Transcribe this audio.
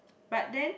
but then